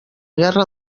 guerra